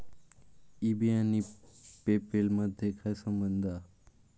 E बे आणि PayPal मधे काय संबंध हा?